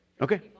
Okay